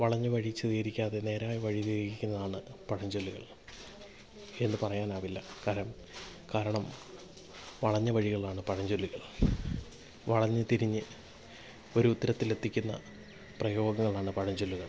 വളഞ്ഞ വഴി സ്വീകരിക്കാതെ നേരായ വഴിയിലിരിക്കുന്നതാണ് പഴഞ്ചൊല്ലുകൾ എന്ന് പറയാനാവില്ല കാരണം വളഞ്ഞ വഴികളാണ് പഴഞ്ചൊല്ലുകൾ വളഞ്ഞ് തിരിഞ്ഞ് ഒരു ഉത്തരത്തിലെത്തിക്കുന്ന പ്രയോഗങ്ങളാണ് പഴഞ്ചൊല്ലുകൾ